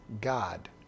God